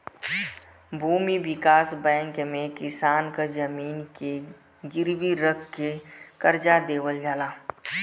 भूमि विकास बैंक में किसान क जमीन के गिरवी रख के करजा देवल जाला